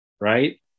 right